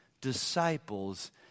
disciples